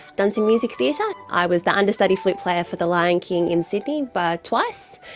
done some music theatre. i was the understudy flute player for the lion king in sydney but twice,